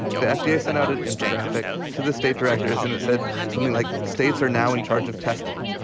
the fda sent out an infographic to the state directors and it said something like states are now in charge of testing.